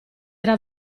era